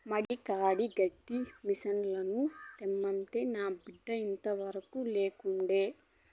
మడి కాడి గడ్డి మిసనుల తెమ్మంటే నా బిడ్డ ఇంతవరకూ లేకుండే